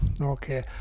okay